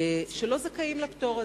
לא זכאים לפטור הזה.